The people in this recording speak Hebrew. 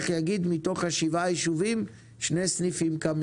יגיד: מתוך שבעת הישובים קמים שני סניפים,